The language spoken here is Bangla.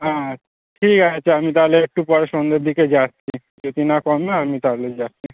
আচ্ছা ঠিক আছে আমি তাহলে একটু পরে সন্ধের দিকে যাচ্ছি যদি না কমে আমি তাহলে যাচ্ছি